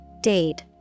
date